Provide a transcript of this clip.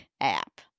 app